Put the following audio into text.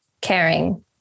caring